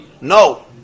No